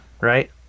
Right